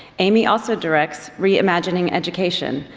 amy also directs reimagining education,